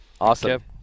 Awesome